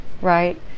right